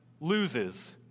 loses